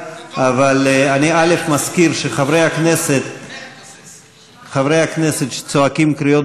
אבל אני מזכיר שחברי הכנסת שצועקים קריאות